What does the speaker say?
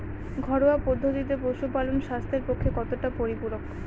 ঘরোয়া পদ্ধতিতে পশুপালন স্বাস্থ্যের পক্ষে কতটা পরিপূরক?